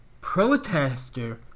protester